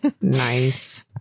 Nice